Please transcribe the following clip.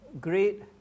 great